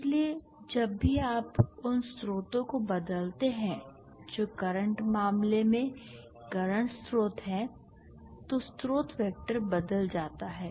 इसलिए जब भी आप उन स्रोतों को बदलते हैं जो करंट मामले में करंट स्रोत हैं तो स्रोत वेक्टर बदल जाता है